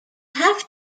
have